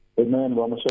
Amen